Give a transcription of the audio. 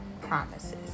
promises